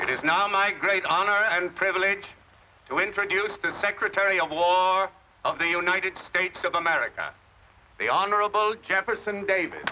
it is now my great honor and privilege to introduce the secretary of law of the united states of america the honorable jefferson davi